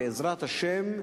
בעזרת השם,